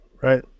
right